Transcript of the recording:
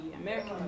American